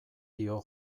dio